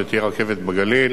שתהיה רכבת בגליל,